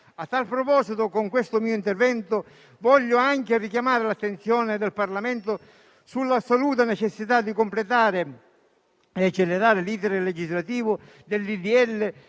A tal proposito, con questo mio intervento voglio anche richiamare l'attenzione del Parlamento sull'assoluta necessità di completare e accelerare l'*iter* legislativo del